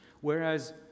whereas